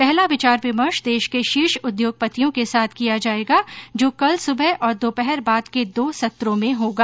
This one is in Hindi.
पहला विचार विमर्श देश के शीर्ष उद्योगपतियों के साथ किया जायेगा जो कल सुबह और दोपहर बाद के दो सत्रों में होगा